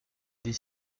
des